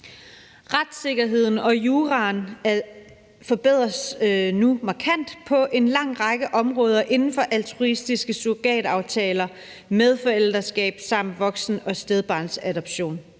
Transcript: Retssikkerheden og juraen forbedres nu markant på en lang række områder inden for altruistiske surrogataftaler, medforældreskab samt voksen- og stedbarnsadoption.